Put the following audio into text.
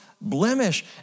blemish